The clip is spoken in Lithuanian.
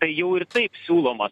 tai jau ir taip siūloma